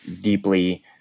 deeply